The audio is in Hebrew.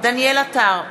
דניאל עטר,